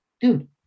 dude-